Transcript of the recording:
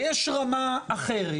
ויש רמה אחרת,